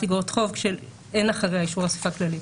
אגרות חוב שאין אחריה אישור אספה כללית.